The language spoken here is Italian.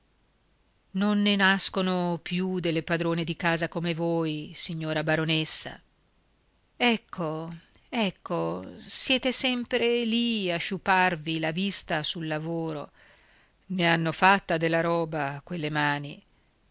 non ne nascono più delle padrone di casa come voi signora baronessa ecco ecco siete sempre lì a sciuparvi la vista sul lavoro ne hanno fatta della roba quelle mani